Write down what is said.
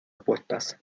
opuestas